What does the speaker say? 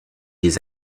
les